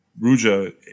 Ruja